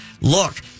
Look